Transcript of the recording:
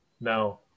No